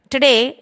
Today